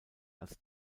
als